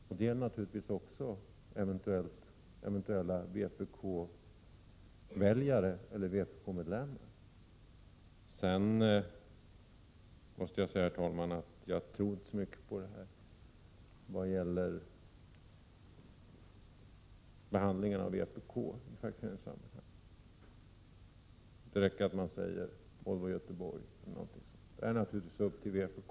Detta gäller naturligtvis också eventuella vpk-väljare och vpk-medlemmar. Jag tror inte så mycket på detta som sades beträffande behandlingen av vpk i fackföreningssammanhang. Det räcker att man nämner Volvo i Göteborg etc. Men det är naturligtvis upp till vpk att bemöta.